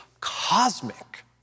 cosmic